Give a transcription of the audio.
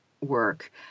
work